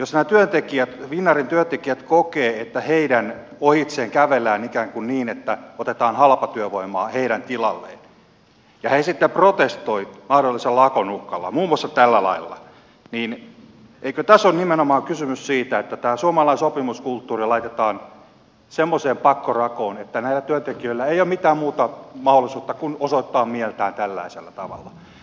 jos nämä finnairin työntekijät kokevat että heidän ohitseen kävellään ikään kuin niin että otetaan halpatyövoimaa heidän tilalleen ja he sitten protestoivat mahdollisen lakon uhalla muun muassa tällä lailla niin eikö tässä ole nimenomaan kysymys siitä että tämä suomalainen sopimuskulttuuri laitetaan semmoiseen pakkorakoon että näillä työntekijöillä ei ole mitään muuta mahdollisuutta kuin osoittaa mieltään tällaisella tavalla